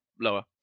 Lower